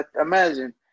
imagine